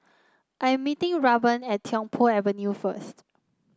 I'm meeting Raven at Tiong Poh Avenue first